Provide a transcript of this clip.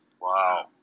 Wow